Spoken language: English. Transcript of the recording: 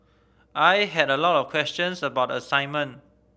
I had a lot of questions about the assignment